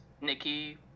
Nikki